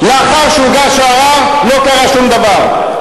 לאחר שהוגש הערר, לא קרה שום דבר.